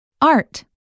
Art